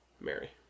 Mary